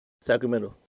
Sacramento